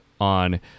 on